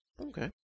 Okay